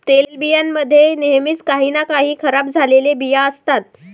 तेलबियां मध्ये नेहमीच काही ना काही खराब झालेले बिया असतात